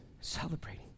celebrating